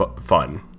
fun